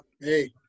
Hey